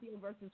versus